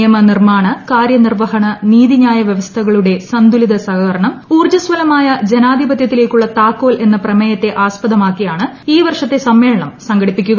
നിയമനിർമ്മാണ കാര്യനിർവ്വഹണ നീതിന്യായ വൃവസ്ഥകളുടെ സന്തുലിത സഹകരണം ഉൌർജ്ജസ്വലമായ ജനാധിപതൃത്തിലേക്കുള്ള താക്കോൽ എന്ന പ്രമേയത്തെ ആസ്പദമാക്കിയാണ് ഈ വർഷത്തെ സമ്മേളനം സംഘടിപ്പിക്കുക